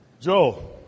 Joe